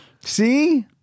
see